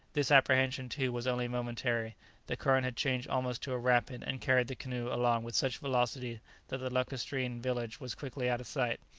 this apprehension, too, was only momentary the current had changed almost to a rapid, and carried the canoe along with such velocity that the lacustrine village was quickly out of sight.